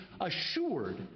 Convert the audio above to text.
assured